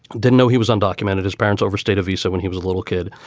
didn't know he was undocumented. his parents overstayed a visa when he was a little kid,